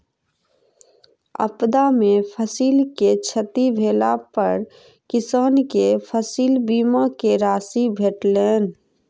आपदा में फसिल के क्षति भेला पर किसान के फसिल बीमा के राशि भेटलैन